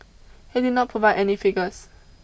he did not provide any figures